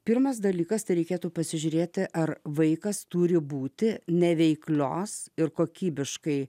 pirmas dalykas tai reikėtų pasižiūrėti ar vaikas turi būti neveiklios ir kokybiškai